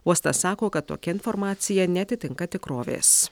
uostas sako kad tokia informacija neatitinka tikrovės